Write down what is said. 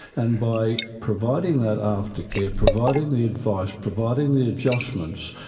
and by providing that after-care, providing the advice, providing the adjustments,